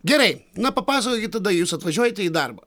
gerai na papasakokit tada jūs atvažiuojate į darbą